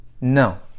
No